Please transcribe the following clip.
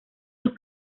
los